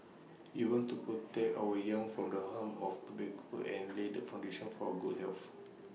we want to protect our young from the harms of tobacco and lay the foundation for good health